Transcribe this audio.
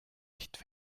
nicht